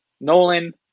Nolan